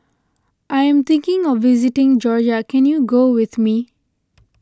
I am thinking of visiting Georgia can you go with me